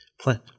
plant